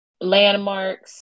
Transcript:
landmarks